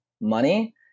money